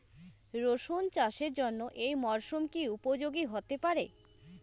রসুন চাষের জন্য এই মরসুম কি উপযোগী হতে পারে?